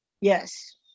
Yes